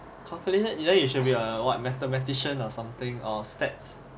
calculation eh then you should be a what mathematician or something or stats